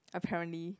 apparently